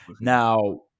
Now